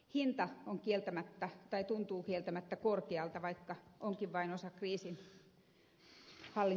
hinta tuntuu kieltämättä korkealta vaikka onkin vain osa kriisinhallintabudjetista